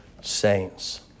saints